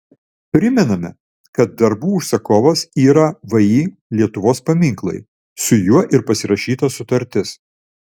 primename kad darbų užsakovas yra vį lietuvos paminklai su juo ir pasirašyta sutartis